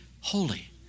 holy